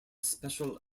special